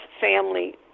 family